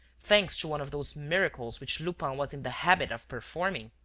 thanks to one of those miracles which lupin was in the habit of performing.